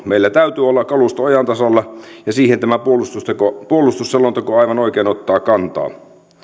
meillä täytyy olla kalusto ajan tasalla ja siihen tämä puolustusselonteko aivan oikein ottaa kantaa